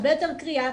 הרבה יותר קריאה,